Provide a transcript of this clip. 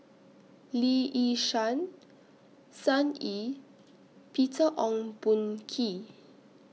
Lee Yi Shyan Sun Yee Peter Ong Boon Kwee